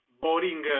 boring